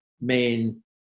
main